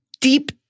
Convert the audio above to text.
deep